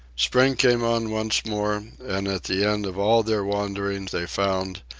spring came on once more, and at the end of all their wandering they found,